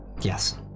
Yes